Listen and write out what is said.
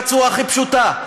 בצורה הכי פשוטה,